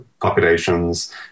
populations